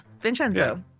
Vincenzo